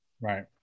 Right